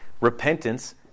Repentance